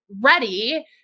ready